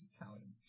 Italian